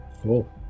Cool